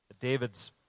David's